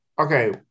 okay